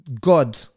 God